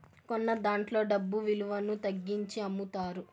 కొన్నదాంట్లో డబ్బు విలువను తగ్గించి అమ్ముతారు